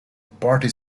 party